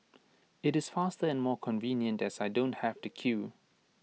IT is faster and more convenient as I don't have to queue